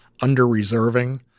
under-reserving